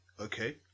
okay